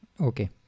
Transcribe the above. Okay